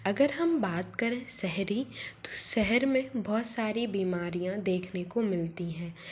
अगर हम बात करें शहरी तो शहर में बहुत सारी बीमारियाँ देखने को मिलती हैं